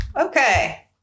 Okay